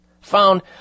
found